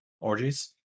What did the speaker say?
orgies